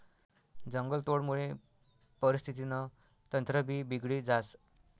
जंगलतोडमुये परिस्थितीनं तंत्रभी बिगडी जास